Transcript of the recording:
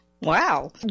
Wow